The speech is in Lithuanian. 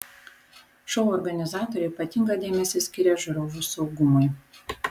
šou organizatoriai ypatingą dėmesį skiria žiūrovų saugumui